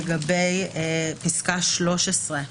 לגבי פסקה (13),